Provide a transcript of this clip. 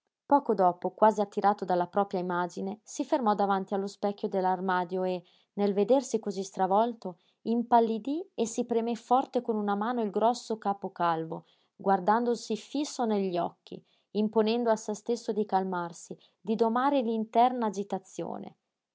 poco dopo quasi attirato dalla propria imagine si fermò davanti allo specchio dell'armadio e nel vedersi cosí stravolto impallidí e si premé forte con una mano il grosso capo calvo guardandosi fiso negli occhi imponendo a se stesso di calmarsi di domare l'interna agitazione